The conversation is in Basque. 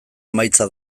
emaitza